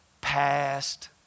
Past